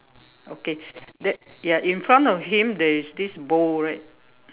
okay there ya in front of him there is this bowl right